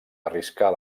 arriscar